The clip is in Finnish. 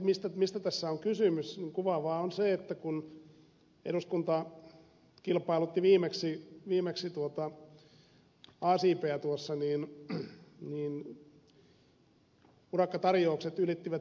siinä mistä tässä on kysymys kuvaavaa on se että kun eduskunta kilpailutti viimeksi a siipeä tuossa niin urakkatarjoukset ylittivät merkittävästi kustannusarvion